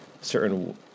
certain